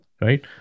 Right